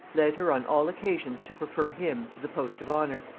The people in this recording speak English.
led her on all occasions to prefer him to the post of honor.